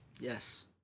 Yes